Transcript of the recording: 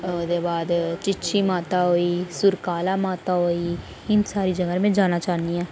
ओह्दे बाद चीची माता होई होर सुकराला माता होई इन सारी जगहें पर में जाना चाह्न्नी आं